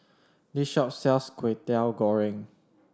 this shop sells Kwetiau Goreng